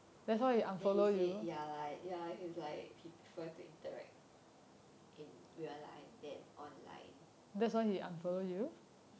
then he say ya like ya he was like he prefer to interact in real life than online